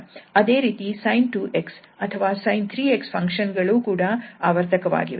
ಅದೇ ರೀತಿ sin 2𝑥 ಅಥವಾ sin 3𝑥 ಫಂಕ್ಷನ್ ಗಳು ಕೂಡ ಆವರ್ತಕವಾಗಿವೆ